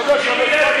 כבל, תתחיל,